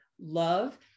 love